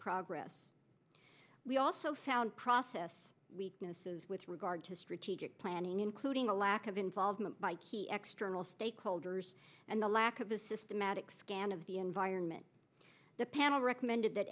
progress we also found process weaknesses with regard to strategic planning including a lack of involvement by key extremal stakeholders and the lack of a systematic scan of the environment the panel recommended that